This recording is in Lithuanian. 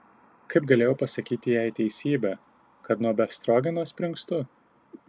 kaip galėjau pasakyti jai teisybę kad nuo befstrogeno springstu